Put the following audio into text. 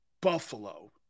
Buffalo